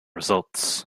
results